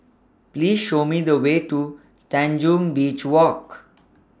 Please Show Me The Way to Tanjong Beach Walk